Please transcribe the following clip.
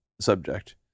Subject